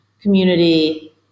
community